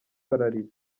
bararira